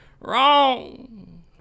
wrong